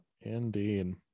indeed